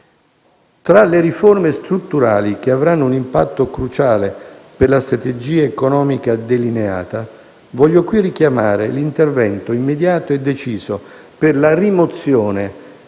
Tra le riforme strutturali che avranno un impatto cruciale per la strategia economica delineata voglio qui richiamare l'intervento immediato e deciso per la rimozione